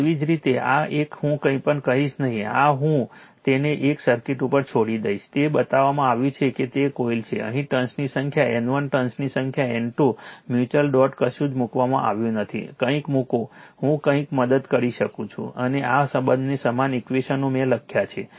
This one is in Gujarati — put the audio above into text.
તેવી જ રીતે આ એક હું કંઈપણ કહીશ નહીં આ હું તેને એક સર્કિટ ઉપર છોડી દઈશ તે બતાવવામાં આવ્યું છે કે તે કોઇલ છે અહીં ટર્ન્સની સંખ્યા N1 ટર્ન્સની સંખ્યા N2 મ્યુચ્યુઅલ ડોટ કશું જ મૂકવામાં આવ્યું નથી કંઈક મૂકો હું કંઈક મદદ કરી છું અને આ બધા સમાન બે ઈક્વેશનો મેં લખ્યા છે